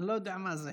אני לא יודע מה זה.